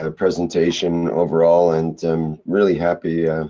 ah presentation overall and. i'm really happy.